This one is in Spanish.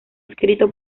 escrito